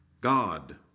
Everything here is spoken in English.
God